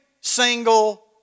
single